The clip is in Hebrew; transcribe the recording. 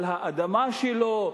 על האדמה שלו,